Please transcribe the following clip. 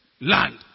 land